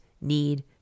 need